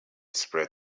spread